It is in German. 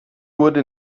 wurde